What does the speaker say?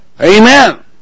Amen